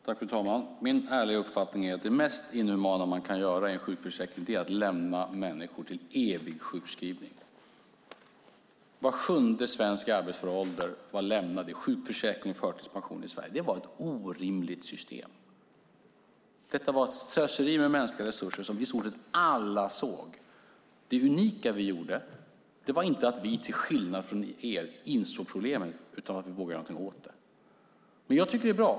Fru talman! Min ärliga uppfattning är att det mest inhumana man kan göra i en sjukförsäkring är att lämna människor till evig sjukskrivning. Var sjunde svensk i arbetsför ålder var lämnad i sjukförsäkring och förtidspension i Sverige. Det var ett orimligt system. Detta var ett slöseri med mänskliga resurser som vi i stort sett alla såg. Det unika var inte att vi till skillnad från er insåg problemet utan att vi vågade göra någonting åt det.